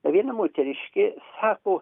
viena moteriškė sako